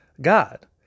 God